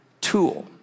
tool